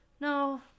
no